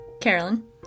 Carolyn